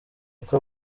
kuko